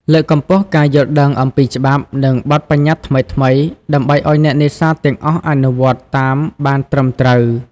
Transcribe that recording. លើកកម្ពស់ការយល់ដឹងអំពីច្បាប់ និងបទប្បញ្ញត្តិថ្មីៗ ដើម្បីឲ្យអ្នកនេសាទទាំងអស់អនុវត្តតាមបានត្រឹមត្រូវ។